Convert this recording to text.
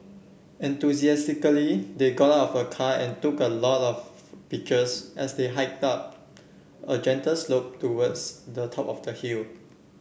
enthusiastically they got out of a car and took a lot of pictures as they hike up a gentle slope towards the top of the hill